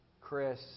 Chris